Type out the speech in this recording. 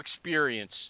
experience